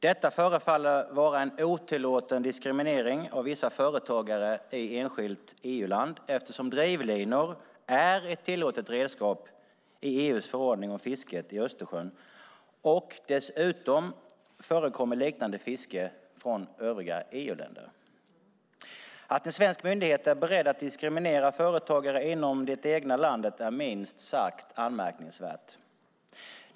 Detta förefaller vara en otillåten diskriminering av vissa företagare i ett enskilt EU-land, eftersom drivlinor är ett tillåtet redskap i EU:s förordning om fisket i Östersjön, och dessutom förekommer liknande fiske från övriga EU-länder. Att en svensk myndighet är beredd att diskriminera företagare inom det egna landet är minst sagt anmärkningsvärt.